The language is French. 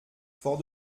fort